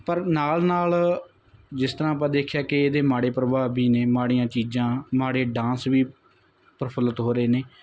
ਪਰ ਨਾਲ ਨਾਲ ਜਿਸ ਤਰ੍ਹਾਂ ਆਪਾਂ ਦੇਖਿਆ ਕਿ ਇਹਦੇ ਮਾੜੇ ਪ੍ਰਭਾਵ ਵੀ ਨੇ ਮਾੜੀਆਂ ਚੀਜ਼ਾਂ ਮਾੜੇ ਡਾਂਸ ਵੀ ਪ੍ਰਫੁੱਲਿਤ ਹੋ ਰਹੇ ਨੇ